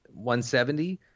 170